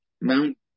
Mount